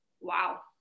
Wow